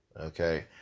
Okay